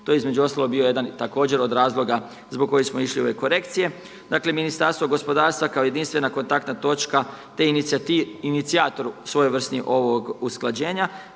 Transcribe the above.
To je između ostalog bio jedan također od razloga zbog kojeg smo išli u ove korekcije. Dakle, Ministarstvo gospodarstva kao jedinstvena kontaktna točka te inicijator svojevrsni ovog usklađenja,